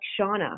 Shauna